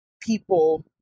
people